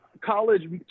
college